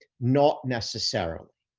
not necessarily.